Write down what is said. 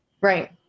Right